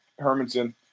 Hermanson